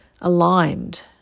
aligned